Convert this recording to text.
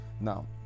now